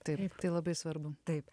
taip tai labai svarbu taip